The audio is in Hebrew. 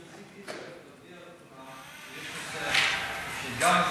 רציתי להודיע לכולם שיש נושא שגם,